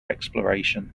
exploration